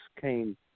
came